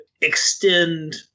extend